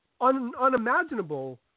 unimaginable